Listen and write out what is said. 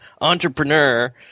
entrepreneur